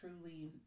truly